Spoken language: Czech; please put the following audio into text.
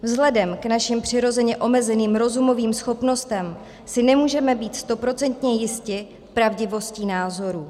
Vzhledem k našim přirozeně omezeným rozumovým schopnostem si nemůžeme být stoprocentně jisti pravdivostí názorů.